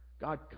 God